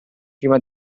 prima